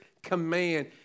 command